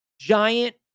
giant